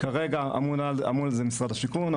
כרגע אמון על זה משרד השיכון,